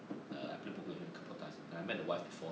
uh I play poke with him couple of times and I met the wife before